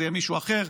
זה יהיה מישהו אחר,